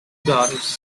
daughters